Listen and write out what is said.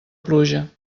pluja